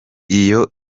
iyo